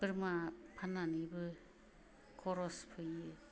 बोरमा फाननानैबो खरस फैयो